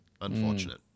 Unfortunate